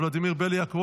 ולדימיר בליאק,